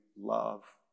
love